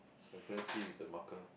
sorry I couldn't see with the marker